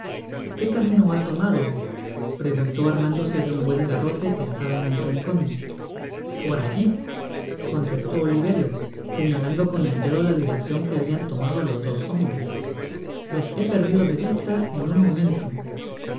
qué camino ha tomado preguntó armándose de un buen garrote que estaba en un rincon por alli contestó oliverio señalando con el dedo la direccion que habian tomado los dos hombres los he perdido de vista en un momento